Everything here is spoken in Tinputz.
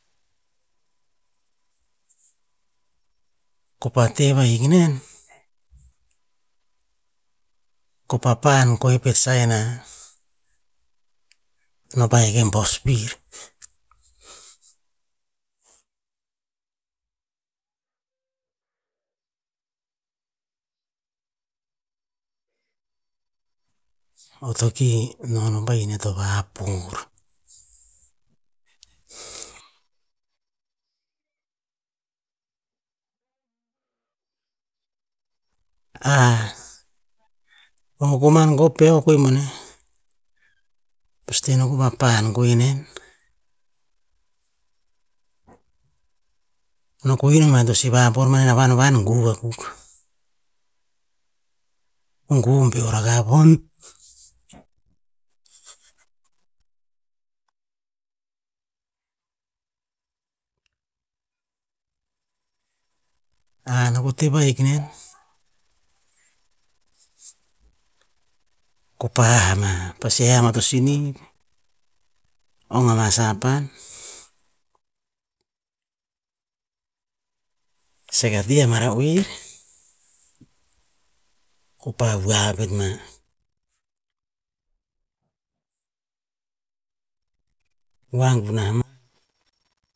Ko pa teh vahik nen, kopa pahan kue pet saina, no pa hek e boss vir. Eo to keh nonoh pa hiniah to vapor, vakokoman peo koeh boneh. Pasi tehno kopah pahan koe nen, no ko hin noiah to sih vapor maren a vanvan guu akuk. O guu o beor rakah vohn, no ko teh vahik nen, kopa ha- ama. Pasi heh- ama po siniv, ong anah sapan, sek a ti ama ra oer, kopa oah pet ma, oah gunah ma,